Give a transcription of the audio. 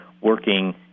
working